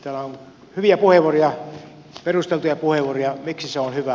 täällä on hyviä puheenvuoroja perusteltuja puheenvuoroja miksi se on hyvä